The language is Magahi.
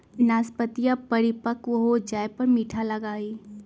नाशपतीया परिपक्व हो जाये पर मीठा लगा हई